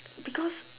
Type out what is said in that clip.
because